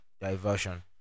diversion